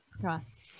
Trust